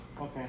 Okay